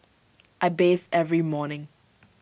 I bathe every morning